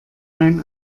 mein